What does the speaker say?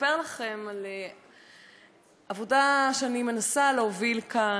ולספר לכם על עבודה שאני מנסה להוביל כאן.